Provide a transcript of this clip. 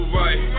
right